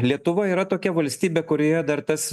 lietuva yra tokia valstybė kurioje dar tas